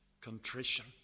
contrition